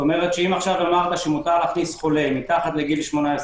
כלומר אם אמרת שמותר להכניס חולה מתחת לגיל 18,